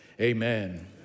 Amen